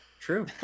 true